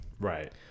Right